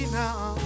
now